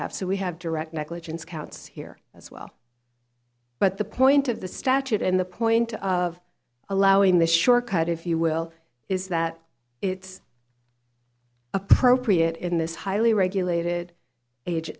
have so we have direct negligence counts here as well but the point of the statute and the point of allowing this shortcut if you will is that it's appropriate in this highly regulated